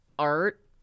Art